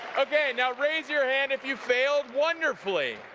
okay now raise your hand if you failed wonderfully?